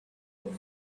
very